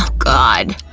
god!